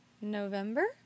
November